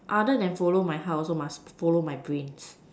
other than follow my heart also must follow my brains